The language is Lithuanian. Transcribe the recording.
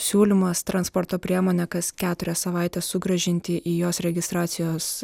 siūlymas transporto priemonę kas keturias savaites sugrąžinti į jos registracijos